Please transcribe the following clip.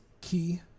Key